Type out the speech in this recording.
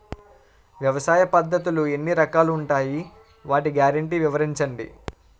వ్యవసాయ పద్ధతులు ఎన్ని రకాలు ఉంటాయి? వాటి గ్యారంటీ వివరించండి?